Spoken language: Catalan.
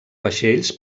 vaixells